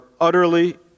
utterly